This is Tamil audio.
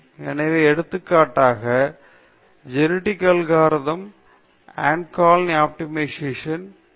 எனவே எடுத்துக்காட்டாக ஜெனெடிக் அல்கோரிதம்ஸ் அன்ட் கோலோனி ஆப்டிமிஸ்ட்டின் ஒப்புமை ராஜபக்தியுடனான தன்மை எலக்ட்ரிக் அனாலஜி ரெசிஸ்டன்டன்ட் நெட்ஒர்க்